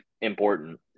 important